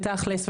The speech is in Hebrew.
ותכ'לס,